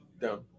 Down